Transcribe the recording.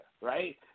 right